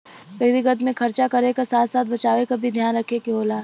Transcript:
व्यक्तिगत में खरचा करे क साथ साथ बचावे क भी ध्यान रखे क होला